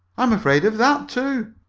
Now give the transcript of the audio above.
i'm afraid of that, too.